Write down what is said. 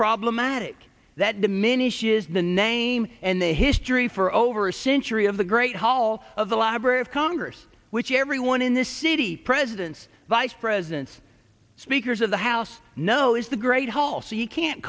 problematic that diminishes the name and the history for over century of the great hall of the library of congress which everyone in this city presidents vice presidents speakers of the house know is the great hall so you can't